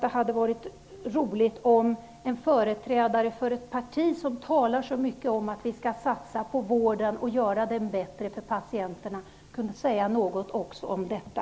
Det hade varit roligt om en företrädare för ett parti som talar så mycket om att vi skall satsa på vården och göra den bättre för patienterna kunde säga något också om detta.